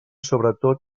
sobretot